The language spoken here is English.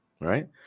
right